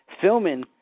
filming